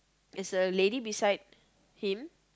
there's a lady beside him